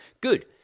Good